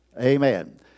Amen